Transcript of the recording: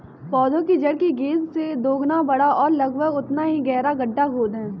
पौधे की जड़ की गेंद से दोगुना बड़ा और लगभग उतना ही गहरा गड्ढा खोदें